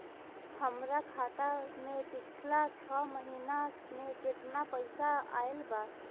हमरा खाता मे पिछला छह महीना मे केतना पैसा आईल बा?